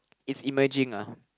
it's emerging ah